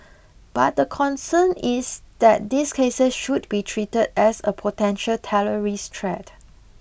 but the concern is that these cases should be treated as a potential terrorist threat